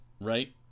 right